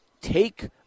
take